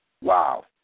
Wow